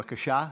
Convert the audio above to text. בבקשה?